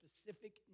specific